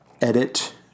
edit